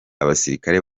abasirikare